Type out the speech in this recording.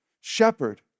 shepherd